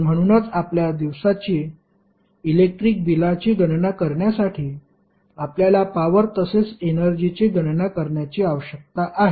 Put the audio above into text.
तर म्हणूनच आपल्या दिवसाची इलेक्ट्रिक बिलाची गणना करण्यासाठी आपल्याला पॉवर तसेच एनर्जीची गणना करण्याची आवश्यक आहे